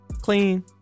Clean